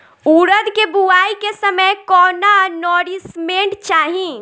उरद के बुआई के समय कौन नौरिश्मेंट चाही?